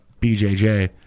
BJJ